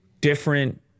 different